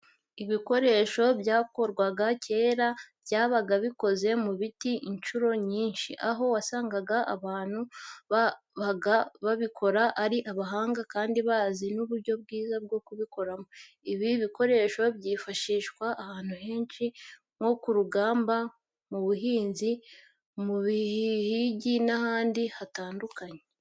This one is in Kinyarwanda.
Ibikoresho byakorwaga kera byabaga bikoze mu biti incuro nyinshi, aho wasangaga abantu babaga babikora ari abahanga kandi bazi n'uburyo bwiza bwo kubikoramo. Ibi bikoresho byifashishwaga ahantu henshi nko ku rugamba, mu buhinzi, mu buhigi n'ahandi hatandukanye.